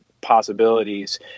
possibilities